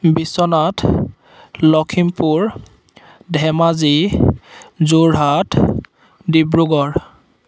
Biswanath Lakhimpur Dhemaji Jorhat Dibrugarh